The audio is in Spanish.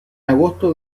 agosto